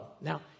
Now